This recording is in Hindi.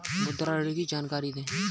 मुद्रा ऋण की जानकारी दें?